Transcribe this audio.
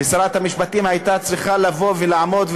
שרת המשפטים הייתה צריכה לבוא ולעמוד,